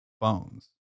phones